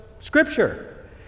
scripture